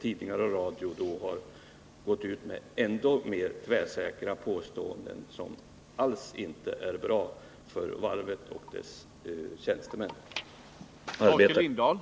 Tidningar och radion har då gått ut med än mer tvärsäkra påståenden, vilket inte alls är bra för varvet och dess arbetare.